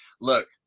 Look